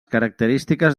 característiques